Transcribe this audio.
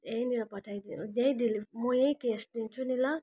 यहीँनिर पठाइदिनु त्यहीँ डेलिभर म यहीँ क्यास दिन्छु नि ल